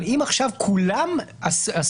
אבל אם עכשיו לכולם אסור,